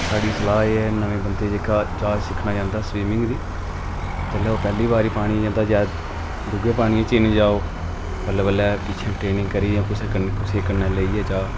साढ़ी सलाह् एह् ऐ नमें बंदे जेह्का जाच सिक्खना चांह्दा सविमिंग दी जेल्लै ओह् पैह्ली बारी पानी च जन्दा जैदा डूंह्गै पानी च निं जा ओह् बल्लें बल्लें पिच्छें ट्रेनिंग करियै जां कुसै कन्नै जां कुसे कन्नै लेइयै जा